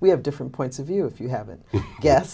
we have different points of view if you have